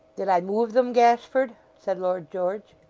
did i move them, gashford said lord george.